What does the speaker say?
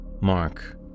Mark